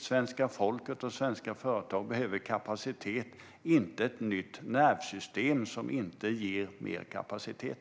Svenska folket och svenska företag behöver kapacitet - inte ett nytt nervsystem som inte ger mer kapacitet.